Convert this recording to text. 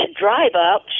drive-up